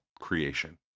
creation